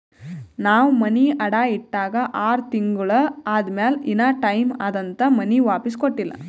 ನಾವ್ ಮನಿ ಅಡಾ ಇಟ್ಟಾಗ ಆರ್ ತಿಂಗುಳ ಆದಮ್ಯಾಲ ಇನಾ ಟೈಮ್ ಅದಂತ್ ಮನಿ ವಾಪಿಸ್ ಕೊಟ್ಟಿಲ್ಲ